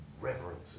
reverence